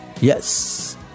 Yes